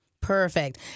Perfect